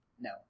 No